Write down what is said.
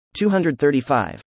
235